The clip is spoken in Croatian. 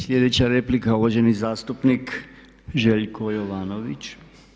Sljedeća replika je uvaženi zastupnik Željko Jovanović.